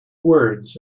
words